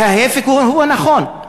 וההפך הוא הנכון.